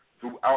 throughout